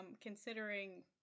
considering